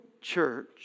church